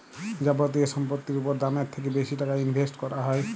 যাবতীয় সম্পত্তির উপর দামের থ্যাকে বেশি টাকা ইনভেস্ট ক্যরা হ্যয়